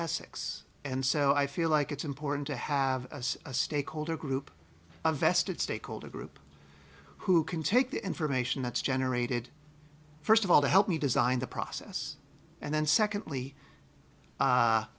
essex and so i feel like it's important to have a stakeholder group a vested stakeholder group who can take the information that's generated first of all to help me design the process and then secondly